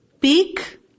peak